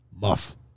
Muff